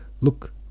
look